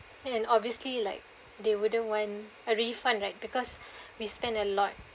and obviously like they wouldn't want a refund right because we spent a lot